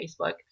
Facebook